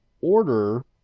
order